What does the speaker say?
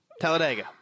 Talladega